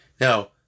Now